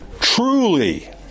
truly